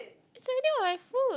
it's already on my foot